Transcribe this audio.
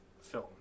film